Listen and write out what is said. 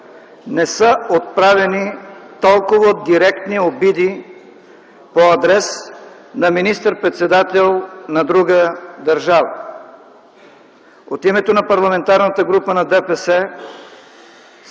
не са отправяни толкова директни обиди по адрес на министър-председател на друга държава. От името на Парламентарната група на